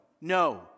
No